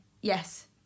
Yes